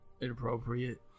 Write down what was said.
inappropriate